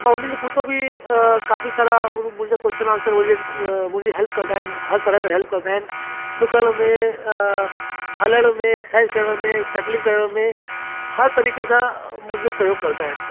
त मां उन्हनि जे पोइता बि काफ़ी सारा मुंहिंजा कोशचन आन्सर हुजनि मुंहिंजी हेल्प कंदा आहिनि हर तरह सां हेल्प कंदा आहिनि ॾुकण में हलण में एक्सरसाइज करण में साइकिलिंग करण में हर तरीक़े सां मुंहिंजो सहयोग कंदा आहिनि